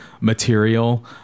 material